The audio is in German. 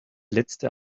letzte